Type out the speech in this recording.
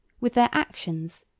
with their actions,